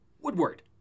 Woodward